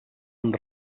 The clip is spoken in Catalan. amb